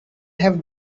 have